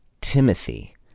Timothy